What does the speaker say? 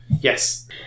Yes